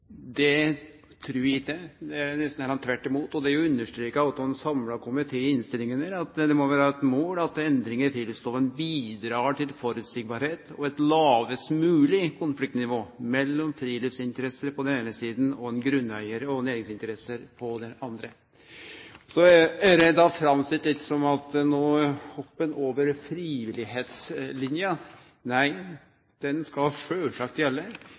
Det trur eg ikkje – snarare tvert om. Det er òg understreka av ein samla komité i innstillinga at «det må være et mål at endringer i friluftsloven bidrar til forutsigbarhet og et lavest mulig konfliktnivå mellom friluftsinteresser på den ene siden og grunneier- og næringsinteresser på den andre siden». Så er det framstilt som at no hoppar ein over frivilligheitlinja. Nei, ho skal